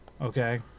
okay